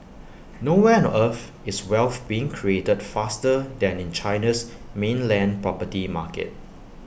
nowhere on earth is wealth being created faster than in China's mainland property market